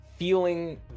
feeling